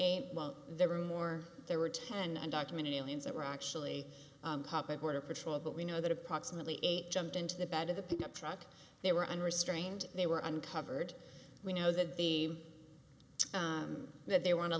eight well there were more there were ten undocumented aliens that were actually up at border patrol but we know that approximately eight jumped into the bed of the pickup truck they were unrestrained they were uncovered we know that the that they wan